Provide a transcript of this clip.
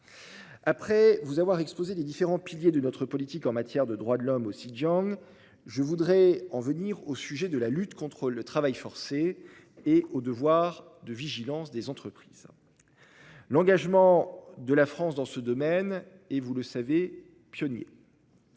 Après vous avoir exposé les différents piliers de notre politique en matière de droits de l'homme au Xinjiang, je voudrais en revenir au sujet de la lutte contre le travail forcé et au devoir de vigilance des entreprises. L'engagement de la France dans ce domaine est, vous le savez, pionnier.